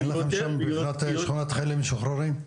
אין לכם שם מבחינת שכונת חיילים משוחררים.